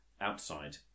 Outside